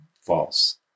false